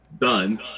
done